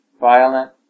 violent